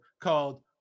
called